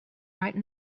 right